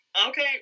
Okay